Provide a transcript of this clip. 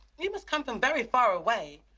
you must come from very far away.